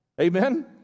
Amen